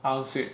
arms weak